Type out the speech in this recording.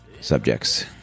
subjects